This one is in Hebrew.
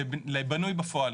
לבנוי בפועל,